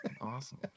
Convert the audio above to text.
awesome